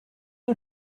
you